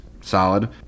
Solid